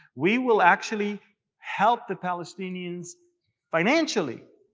we will actually help the palestinians financially,